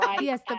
Yes